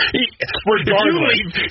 Regardless